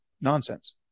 nonsense